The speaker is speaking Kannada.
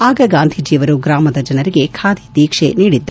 ಆಗ ಗಾಂಧೀಜಿಯವರು ಗ್ರಾಮದ ಜನರಿಗೆ ಖಾದಿ ಧೀಕ್ಷೆ ನೀಡಿದ್ದರು